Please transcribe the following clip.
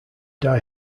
die